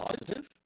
positive